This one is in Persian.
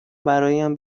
برایم